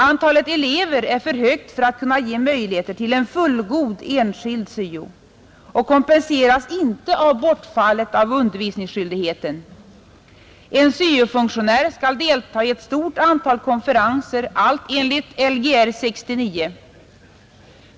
Antalet elever är för högt för att kunna ge möjligheter till en fullgod enskild syo och kompenseras inte av bortfallet av undervisningsskyldigheten. En syofunktionär skall delta i ett stort antal konferenser, allt enligt Lgr 69.